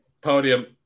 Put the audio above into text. Podium